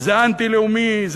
זה אנטי-לאומי.